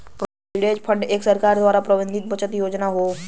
provident fund एक सरकार द्वारा प्रबंधित बचत योजना हौ